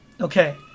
Okay